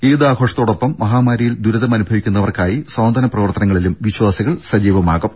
ഈദാഘോഷത്തോടൊപ്പം മഹാമാരിയിൽ ദുരിതമനുഭവിക്കുന്നവർക്കായി സാന്ത്വന പ്രവർത്തനങ്ങളിലും വിശ്വാസികൾ സജീവമാകും